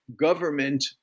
government